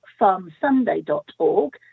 farmsunday.org